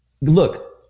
look